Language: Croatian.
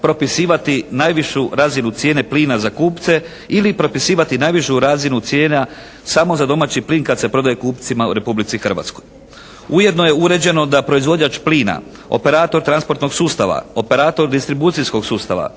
propisivati najvišu razinu cijene plina za kupce ili propisivati najvišu razinu cijena samo za domaći plin kad se prodaje kupcima u Republici Hrvatskoj. Ujedno je uređeno da proizvođač plina, operator transportnog sustava, operator distribucijskog sustava,